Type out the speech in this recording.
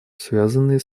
связанные